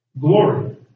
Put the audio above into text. glory